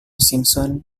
simpson